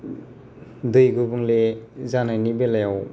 दै गुबुंले जानायनि बेलायाव